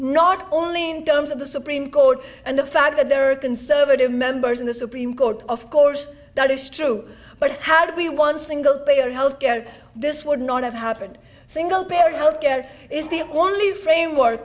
not only in terms of the supreme court and the fact that there are conservative members in the supreme court of course that is true but how do we want single payer health care this would not have happened single payer health care is the only framewor